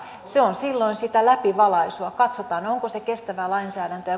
se on silloin sitä läpivalaisua katsotaan onko se kestävää lainsäädäntöä